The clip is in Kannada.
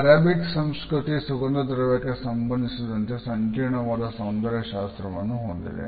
ಅರಬಿಕ್ ಸಂಸ್ಕೃತಿ ಸುಗಂಧ ದ್ರವ್ಯಕ್ಕೆ ಸಂಬಂಧಿಸಿದಂತೆ ಸಂಕೀರ್ಣವಾದ ಸೌಂದರ್ಯ ಶಾಸ್ತ್ರವನ್ನು ಹೊಂದಿದೆ